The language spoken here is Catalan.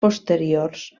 posteriors